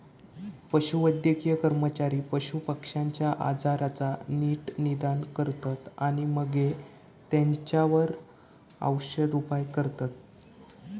पशुवैद्यकीय कर्मचारी पशुपक्ष्यांच्या आजाराचा नीट निदान करतत आणि मगे तेंच्यावर औषदउपाय करतत